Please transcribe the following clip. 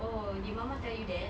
oh did mama tell you that